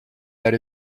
that